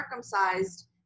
circumcised